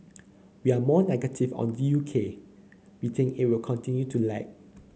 we are more negative on the U K we think it will continue to lag